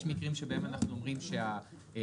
יש מקרים שבהם אנחנו אומרים שההוראות